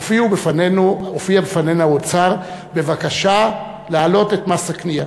הופיע בפנינו האוצר בבקשה להעלות את מס הקנייה